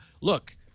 Look